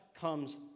comes